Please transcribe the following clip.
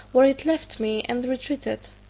where it left me, and retreated.